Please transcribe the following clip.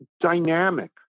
dynamic